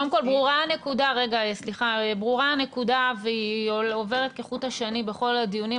קודם כל ברורה הנקודה והיא עוברת כחוט השני בכל הדיונים,